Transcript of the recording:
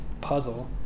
puzzle